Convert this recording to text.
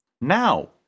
Now